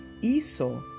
Esau